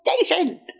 station